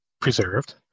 preserved